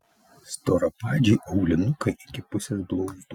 storapadžiai aulinukai iki pusės blauzdų